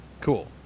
Cool